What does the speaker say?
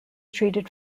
treated